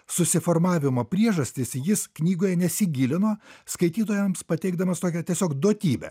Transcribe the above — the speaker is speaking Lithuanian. susiformavimo priežastis jis knygoje nesigilino skaitytojams pateikdamas tokią tiesiog duotybę